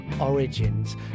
Origins